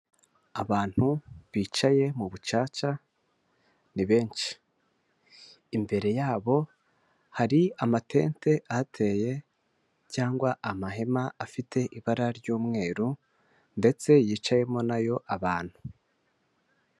Abantu bicaye mu bucaca ni benshi, imbere yabo hari amatente ahateye cyangwa amahema afite ibara ry'umweru ndetse yicayemo nayo abantu.